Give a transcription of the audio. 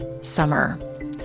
summer